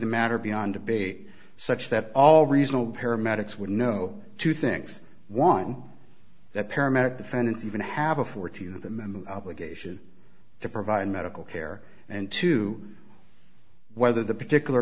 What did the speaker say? the matter beyond debate such that all reasonable paramedics would know two things one that paramedic defendants even have a fourteen of them and obligation to provide medical care and to whether the particular